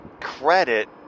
credit